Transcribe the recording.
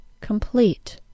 complete